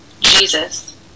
Jesus